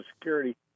Security